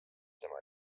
tema